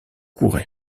kure